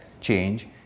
change